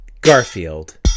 Garfield